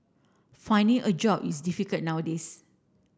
finding a job is difficult nowadays